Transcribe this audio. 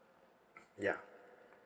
ya